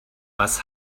was